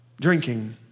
drinking